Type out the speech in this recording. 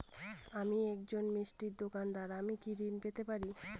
আমি একজন মিষ্টির দোকাদার আমি কি ঋণ পেতে পারি?